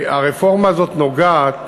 והרפורמה הזאת נוגעת